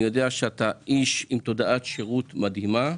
אני יודע שאתה איש עם תודעת שירות מדהימה,